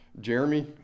Jeremy